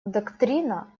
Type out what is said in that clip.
доктрина